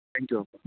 thank you